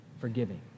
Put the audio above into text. forgiving